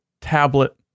tablet